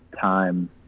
time